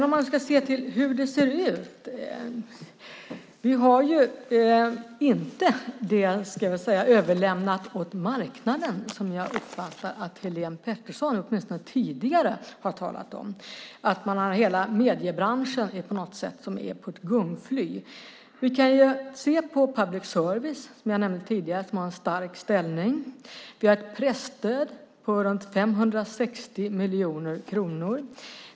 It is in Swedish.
Om man ska se till hur det ser ut har vi inte överlämnat det åt marknaden, som jag uppfattade att Helene Petersson åtminstone tidigare talade om - att hela mediebranschen är som på ett gungfly. Vi kan se på public service, som jag tidigare nämnde har en stark ställning. Vi har ett presstöd på runt 560 miljoner kronor.